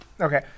okay